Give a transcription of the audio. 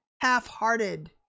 half-hearted